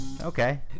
Okay